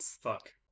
Fuck